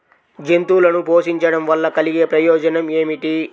జంతువులను పోషించడం వల్ల కలిగే ప్రయోజనం ఏమిటీ?